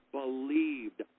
believed